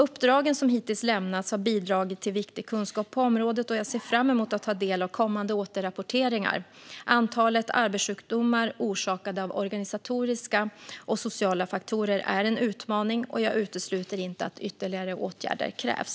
Uppdragen som hittills lämnats har bidragit till viktig kunskap på området, och jag ser fram emot att ta del av kommande återrapporteringar. Antalet arbetssjukdomar orsakade av organisatoriska och sociala faktorer är en utmaning, och jag utesluter inte att ytterligare åtgärder krävs.